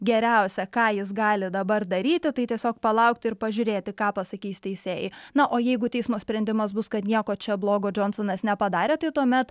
geriausia ką jis gali dabar daryti tai tiesiog palaukti ir pažiūrėti ką pasakys teisėjai na o jeigu teismo sprendimas bus kad nieko čia blogo džonsonas nepadarė tai tuomet